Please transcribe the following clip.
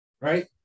right